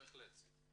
בהחלט.